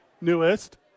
Newest